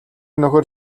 нөхөр